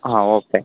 ಹಾಂ ಓಕೆ